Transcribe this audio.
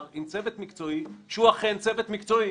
עם צוות מקצועי שהוא אכן צוות מקצועי.